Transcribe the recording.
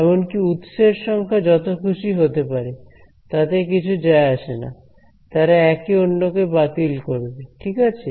এমনকি উৎসের সংখ্যা যত খুশি হতে পারে তাতে কিছু যায় আসে না তারা একে অন্যকে বাতিল করবে ঠিক আছে